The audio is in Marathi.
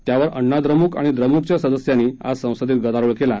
त्यावर अण्णाद्रमुक आणि द्रमुकच्या सदस्यांनी आज संसद गदारोळ कला